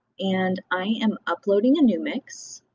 and i am uploading a new mix,